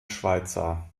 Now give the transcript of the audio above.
schweitzer